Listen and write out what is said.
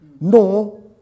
No